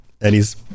Eddie's